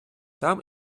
там